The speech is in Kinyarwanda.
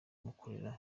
mukorera